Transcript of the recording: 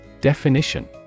Definition